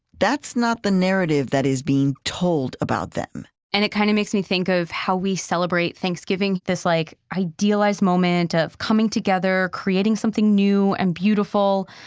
that's not the narrative that is being told about them and it kind of makes me think of how we celebrate thanksgiving this, like, idealized moment of coming together, creating something new and beautiful,